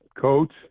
Coach